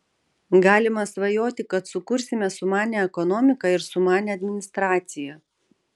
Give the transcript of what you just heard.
galima svajoti kad sukursime sumanią ekonomiką ir sumanią administraciją